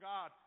God